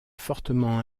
fortement